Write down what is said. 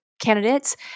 Candidates